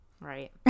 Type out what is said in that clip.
Right